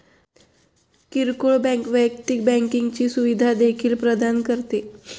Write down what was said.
किरकोळ बँक वैयक्तिक बँकिंगची सुविधा देखील प्रदान करते